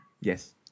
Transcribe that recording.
Yes